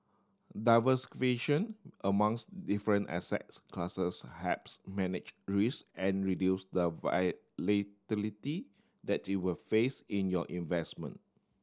amongst different assets classes helps manage risk and reduce the that you will face in your investment